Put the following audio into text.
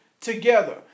together